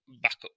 backup